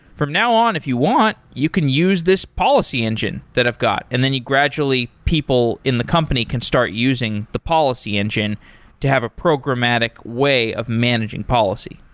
from now on, if you want, you can use this policy engine that i've got. and then gradually people in the company can start using the policy engine to have a programmatic way of managing policy.